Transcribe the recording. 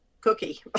cookie